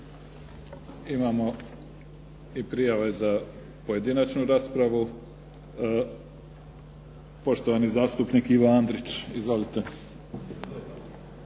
Imamo i prijave za pojedinačnu raspravu. Poštovani zastupnik Ivo Andrić. Izvolite.